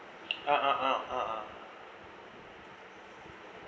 ah ah ah ah ah